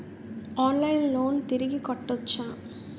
ఆన్లైన్లో లోన్ తిరిగి కట్టోచ్చా?